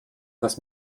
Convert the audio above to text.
das